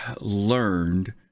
learned